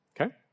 okay